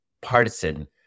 partisan